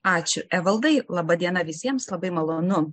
ačiū evaldai laba diena visiems labai malonu